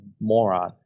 moron